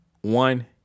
One